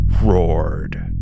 roared